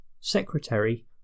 secretary